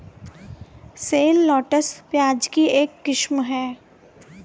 shallots, प्याज की एक किस्म है